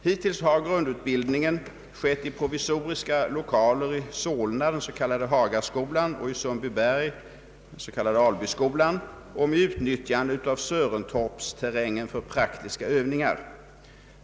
Hittills har grundutbildningen skett i provisoriska lokaler i Solna, den s.k. Hagaskolan, och i Sundbyberg, den s.k. Albyskolan, och med utnyttjande av Sörentorpsterrängen för praktiska övningar.